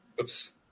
Oops